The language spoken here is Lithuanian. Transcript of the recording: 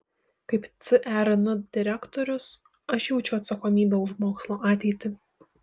kaip cern direktorius aš jaučiu atsakomybę už mokslo ateitį